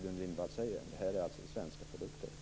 Det är fråga om svenska produkter.